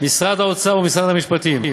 משרד האוצר ומשרד המשפטים,